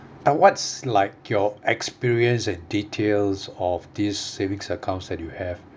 uh what's like your experience and details of these savings account that you have